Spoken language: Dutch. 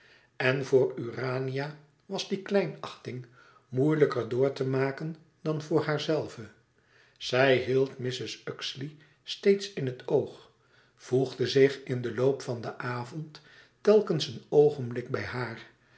en voor urania was die kleinachting moeilijker door te maken dan voor haarzelve want zij nam haar rol van gezelschapsdame aan zij hield mrs uxeley steeds in het oog voegde zich in den loop van den avond telkens een oogenblik bij haar